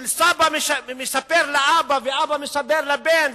של סבא שמספר לאבא ושל אבא שמספר לבן,